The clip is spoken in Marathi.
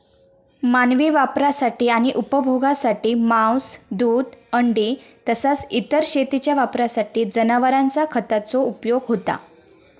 मानवी वापरासाठी आणि उपभोगासाठी मांस, दूध, अंडी तसाच इतर शेतीच्या वापरासाठी जनावरांचा खताचो उपयोग होता